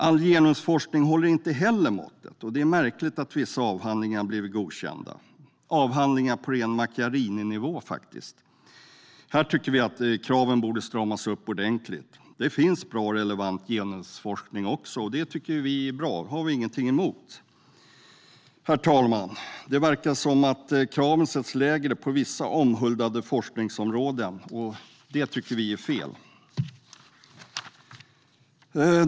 All genusforskning håller inte heller måttet, och det är märkligt att vissa avhandlingar har blivit godkända. Det är faktiskt avhandlingar på ren Macchiarininivå. Här tycker vi att kraven borde stramas upp ordentligt. Det finns bra och relevant genusforskning också. Det tycker vi är bra, och det har vi ingenting emot. Herr ålderspresident! Det verkar som att kraven sätts lägre på vissa omhuldade forskningsområden, och det tycker vi är fel.